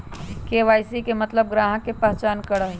KYC के मतलब ग्राहक का पहचान करहई?